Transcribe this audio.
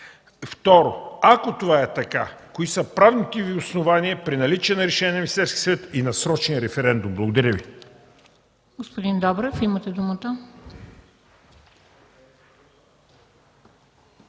Второ, ако това е така, кои са правните Ви основания при наличие на решение на Министерския съвет и насрочен референдум? Благодаря.